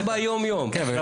גם ביום יום רבותי.